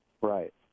Right